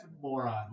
moron